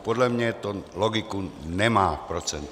Podle mě to logiku nemá v procentech.